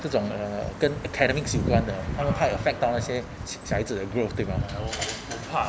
不种什么跟 academics 习惯的他们怕 affect 到那些小孩子的 growth 对吗